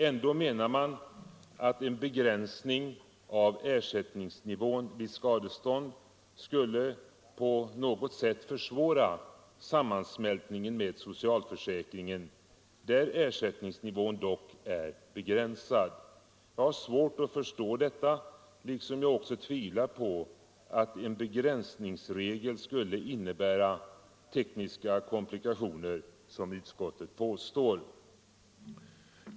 Ändå menar man att en begränsning av ersättningsnivån vid skadestånd skulle på något sätt försvåra sammansmältningen med socialförsäkringen, där ersättningsnivån dock är begränsad. Jag har svårt att förstå detta liksom jag också tvivlar på att en begränsningsregel skulle innebära tekniska komplikationer, som utskottet påstår.